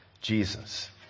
Jesus